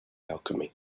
alchemy